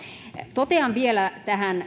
totean vielä